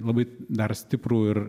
labai dar stiprų ir